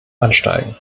ansteigen